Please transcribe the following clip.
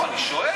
אני שואל.